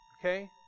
Okay